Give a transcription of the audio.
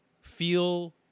feel